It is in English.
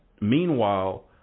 meanwhile